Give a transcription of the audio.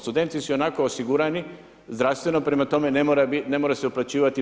Studenti su ionako osigurani zdravstveno, prema tome ne mora se uplaćivati 15%